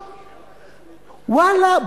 ואללה,